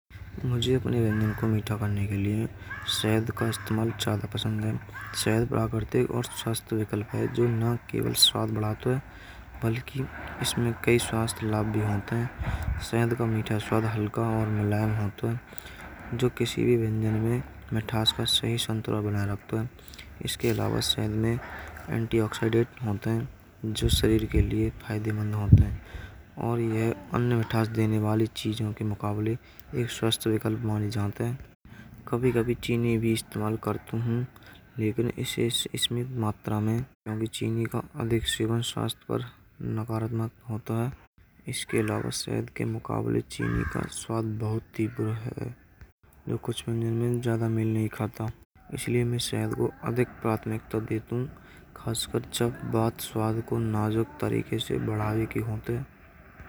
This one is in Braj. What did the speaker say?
मुझे अपने व्यंजन को मीठा करने के लिए शहद का इस्तेमाल ज्यादा पसंद है। शहद प्राकृत और स्वस्थ विकल्प है। जो न केवल स्वाद बढ़तो है। बल्कि इसमें कई स्वास्थ्य लाभ भी होतों है। शहद का मीठा स्वाद हल्का और मुलायम होतों है। जो किसी भी व्यंजन में मिठास पर से शी संतुलन बना रखतो है। इसके अलावा शहद में एंटी ऑक्सीडेंट होतों है। जो शरीर के लिए फायदेमंद होतों है। और यह अन्य मिठास देने वाली चीज़ के मुकाबले एक स्वस्थ विकल्प माने जात है। कभी कभी चीनी भी इस्तेमाल करतो हूं। लेकिन इसे सीमित मात्रा में चीनी का अधिक सेवन स्वास्थ्य पर नकारात्मक होतों है। इसके अलावा शहद के मुकाबले चीनी का स्वाद बहुत तीव्र है। जो कुछ व्यंजन में ज्यादा मेल नहीं खाता। इसलिए मैं शहद को अधिक प्राथमिकता देतो हूं। बात स्वाद को नाज़ुक तरीकों से बढ़ावे के लिए होती है।